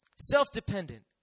Self-dependent